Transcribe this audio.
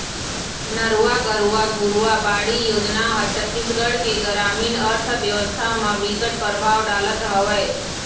नरूवा, गरूवा, घुरूवा, बाड़ी योजना ह छत्तीसगढ़ के गरामीन अर्थबेवस्था म बिकट परभाव डालत हवय